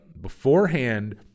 beforehand